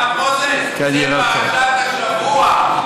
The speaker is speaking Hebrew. הרב מוזס, זה מפרשת השבוע.